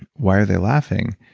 why are they laughing?